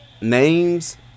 names